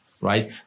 Right